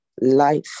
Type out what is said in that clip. life